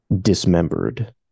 dismembered